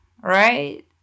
right